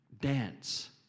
dance